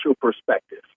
Perspective